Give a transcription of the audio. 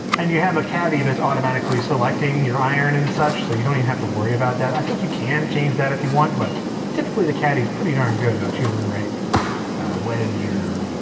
and you have a caddy that's automatically selecting your iron and such so you don't even have to worry about that. i think you can change that if you want. but typically the caddy's pretty darn good about choosing the right wedge or